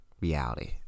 reality